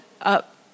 up